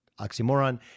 oxymoron